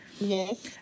Yes